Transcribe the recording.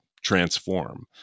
transform